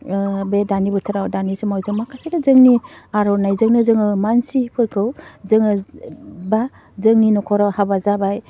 ओह बे दानि बोथोराव दानि समाव जों माखासे जोंनि आर'नाइजोंनो जोङो मानसिफोरखौ जोङो बा जोंनि न'खराव हाबा जाबाय